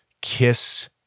Kiss